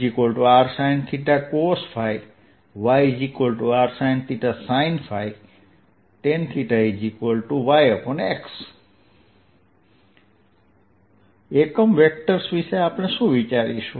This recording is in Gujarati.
xrsinθcosϕ yrsinθsinϕ tanϕyx એકમ વેક્ટર્સ વિશે આપણે શું વિચારીશું